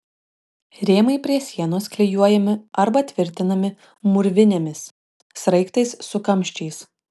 rėmai prie sienos klijuojami arba tvirtinami mūrvinėmis sraigtais su kamščiais